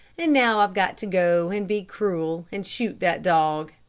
and now i've got to go and be cruel, and shoot that dog.